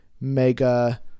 Mega